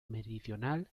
meridional